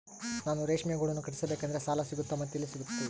ನಾನು ರೇಷ್ಮೆ ಗೂಡನ್ನು ಕಟ್ಟಿಸ್ಬೇಕಂದ್ರೆ ಸಾಲ ಸಿಗುತ್ತಾ ಮತ್ತೆ ಎಲ್ಲಿ ಸಿಗುತ್ತೆ?